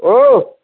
औ